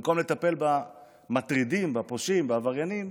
במקום לטפל במטרידים, בפושעים, בעבריינים,